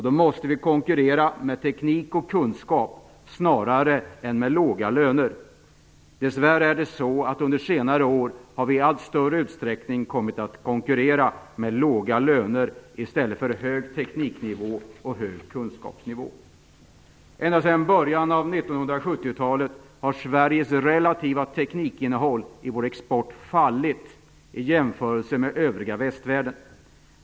Då måste vi konkurrera med teknik och kunskap snarare än med låga löner. Dessvärre har vi under senare år i allt större utsträckning kommit att konkurrera med låga löner i stället för hög tekniknivå och hög kunskapsnivå. Ända sedan början av 1970-talet har det relativa teknikinnehållet i Sveriges export minskat i jämförelse med övriga västvärlden.